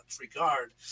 regard